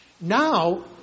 Now